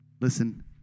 listen